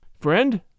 Friend